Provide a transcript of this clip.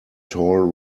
tall